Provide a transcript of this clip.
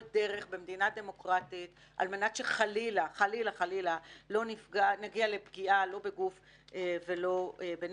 דרך במדינה דמוקרטית על מנת שחלילה לא נגיע לפגיעה לא בגוף ולא בנפש.